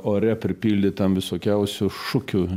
ore pripildytam visokiausių šukių